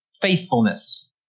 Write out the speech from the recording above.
faithfulness